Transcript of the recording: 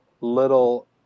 little